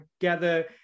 gather